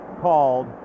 called